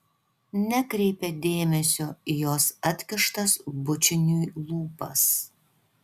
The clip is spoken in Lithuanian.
nekreipia dėmesio į jos atkištas bučiniui lūpas